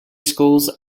schools